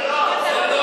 זה לא החוק.